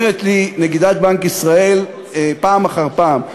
אומרת לי נגידת בנק ישראל פעם אחר פעם,